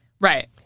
Right